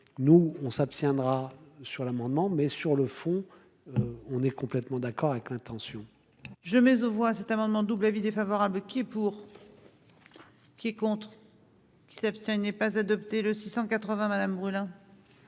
nous on s'abstiendra sur l'amendement mais sur le fond, on est complètement d'accord avec l'intention. Je mais aux voit cet amendement double avis défavorable. Qui est pour, qui compte. Il s'est abstenu, n'est pas adopté le 680 madame brûle,